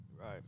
Right